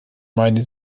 meine